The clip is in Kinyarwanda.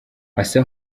asa